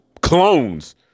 clones